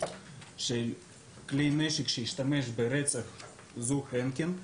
של כלי נשק שנעשה בו שימוש ברצח הזוג הנקין.